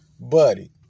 buddy